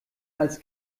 als